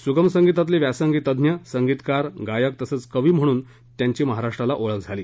सुगम संगीतातले व्यासंगी तज्ञ संगीतकार गायक तसंच कवी म्हणून त्यांची महाराष्ट्राला ओळख झाली